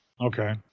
okay